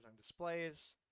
displays